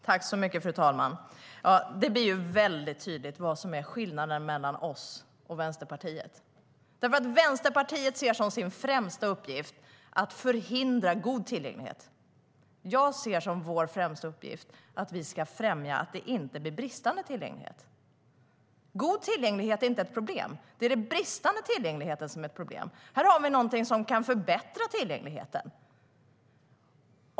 Fru talman! Det blir väldigt tydligt vad som är skillnaden mellan oss och Vänsterpartiet. Vänsterpartiet ser som sin främsta uppgift att förhindra god tillgänglighet. Jag ser som vår främsta uppgift att vi ska främja att det inte blir bristande tillgänglighet. God tillgänglighet är inte ett problem. Det är den bristande tillgängligheten som är ett problem. Här har vi någonting som kan förbättra tillgängligheten.